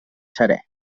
seré